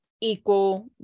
equal